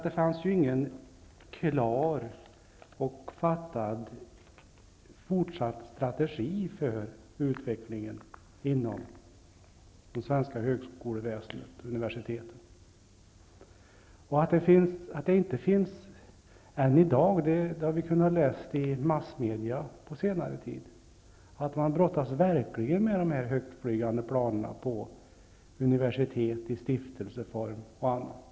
Det fanns ingen klar fortsatt strategi för utvecklingen inom det svenska högskoleväsendet, inom universiteten. Att det inte finns än i dag har vi kunnat läsa om i massmedia på senare tid. Man brottas verkligen med de högtflygande planerna på universitet i stiftelseform och annat.